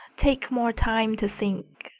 take more time to think.